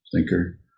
thinker